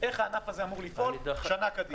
איך הענף הזה אמור לפעול שנה קדימה.